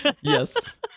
yes